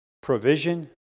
provision